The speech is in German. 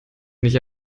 nicht